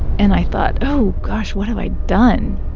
and i thought, oh, gosh, what have i done?